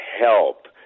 help